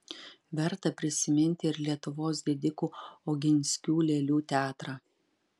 verta prisiminti ir lietuvos didikų oginskių lėlių teatrą